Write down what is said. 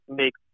make